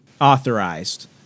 authorized